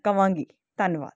ਕਹਾਂਗੀ ਧੰਨਵਾਦ